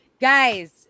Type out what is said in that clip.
guys